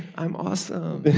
i'm awesome.